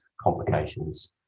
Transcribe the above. complications